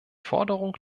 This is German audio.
forderung